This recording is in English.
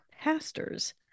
pastors